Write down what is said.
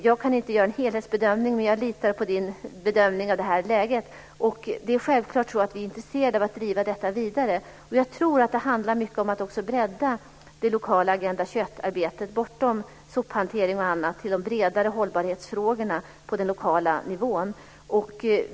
Jag kan inte göra en helhetsbedömning, men jag litar på Harald Nordlunds bedömning av läget. Självklart är vi intresserade av att driva detta vidare. Jag tror att det handlar mycket om att bredda det lokala Agenda 21-arbetet bortom sophantering och sådant till de bredare hållbarhetsfrågorna på den lokala nivån.